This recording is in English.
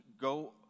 go